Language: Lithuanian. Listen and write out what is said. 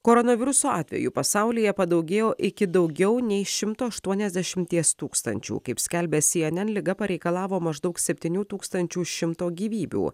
koronaviruso atvejų pasaulyje padaugėjo iki daugiau nei šimto aštuoniasdešimties tūkstančių kaip skelbia cnn liga pareikalavo maždaug septynių tūkstančių šimto gyvybių